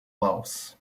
valves